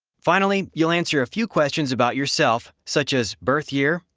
finally, you'll answer a few questions about yourself, such as birth year,